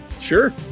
Sure